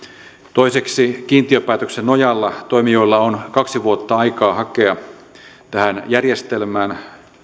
toiseksi kiintiöpäätöksen nojalla toimijoilla on kaksi vuotta aikaa hakea tähän järjestelmään